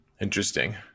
Interesting